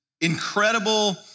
incredible